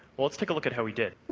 let's take a look at how we did.